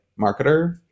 marketer